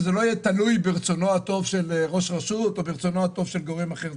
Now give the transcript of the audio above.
וזה לא יהיה תלוי ברצונו הטוב של ראש רשות או ברצונו הטוב של גורם אחר,